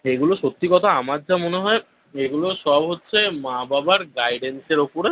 এগুলো সত্যি কথা আমার যা মনে হয় এগুলো সব হচ্ছে মা বাবার গাইডেন্সের ওপরে